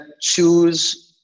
choose